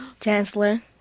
Chancellor